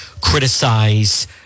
criticize